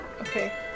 Okay